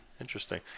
Interesting